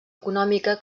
econòmica